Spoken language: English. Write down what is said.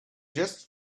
just